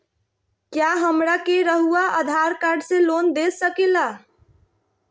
क्या हमरा के रहुआ आधार कार्ड से लोन दे सकेला?